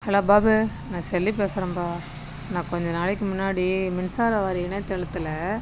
hello Babu நான் செல்லி பேசுறேன்பா நான் கொஞ்ச நாளைக்கு முன்னாடி மின்சார வாரிய இணையதளத்தில்